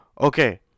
Okay